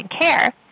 care